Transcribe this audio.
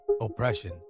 oppression